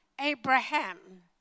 Abraham